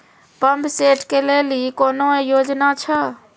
Pump set केलेली कोनो योजना छ?